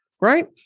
right